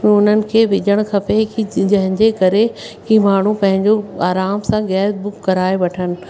बि उन्हनि खे विझणु खपे कि जंहिंजे करे कि माण्हू पंहिंजो आराम सां गैस बुक कराए वठनि